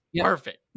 Perfect